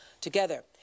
together